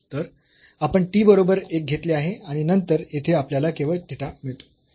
तर आपण t बरोबर एक घेतले आहे आणि नंतर येथे आपल्याला केवळ थिटा मिळतो